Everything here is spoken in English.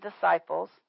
disciples